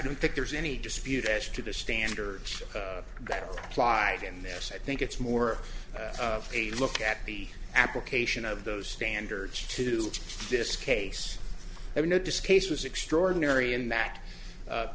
don't think there's any dispute as to the standards that are applied in this i think it's more of a look at the application of those standards to this case i notice case was extraordinary in that